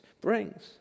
brings